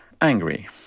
angry